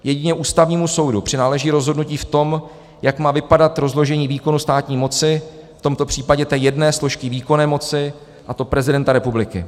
Jedině Ústavnímu soudu přináleží rozhodnutí v tom, jak má vypadat rozložení výkonu státu moci, v tomto případě jedné složky výkonné moci, a to prezidenta republiky.